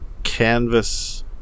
canvas